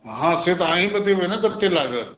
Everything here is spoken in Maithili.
हँ से तऽ अहीँ बतेबै ने कतेक लागत